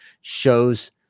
shows